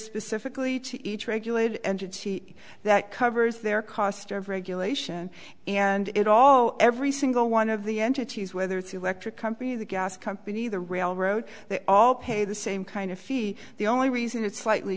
specifically to each regulated that covers their cost of regulation and it all every single one of the entities whether it's electric company the gas company the railroad they all pay the same kind of fee the only reason it's slightly